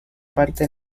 parte